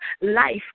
life